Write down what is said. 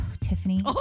Tiffany